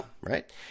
Right